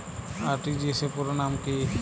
RTGS পুরো নাম কি?